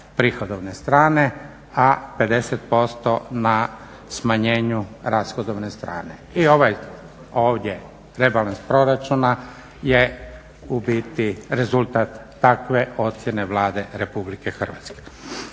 prihodovne strane, a 50% na smanjenju rashodovne strane. I ovaj ovdje rebalansa proračuna je u biti rezultat takve ocjene Vlade RH.